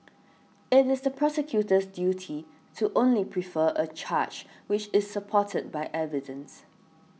it is the prosecutor's duty to only prefer a charge which is supported by evidence